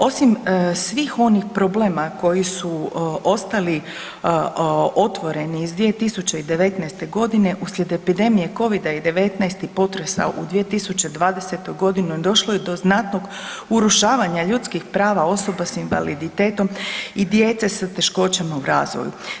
Osim svih onih problema koji su ostali otvoreni iz 2019. godine uslijed epidemije Covida-19 i potresa u 2020. godini došlo je do znatnog urušavanja ljudskih prava osoba s invaliditetom i djece sa teškoćama u razvoju.